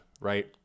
right